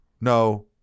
no